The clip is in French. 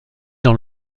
dans